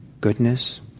goodness